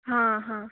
हां हां